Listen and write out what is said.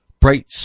bright